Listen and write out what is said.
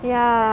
ya